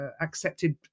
accepted